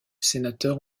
sénateur